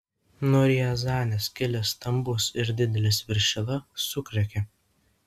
nuo riazanės kilęs stambus ir didelis viršila sukriokė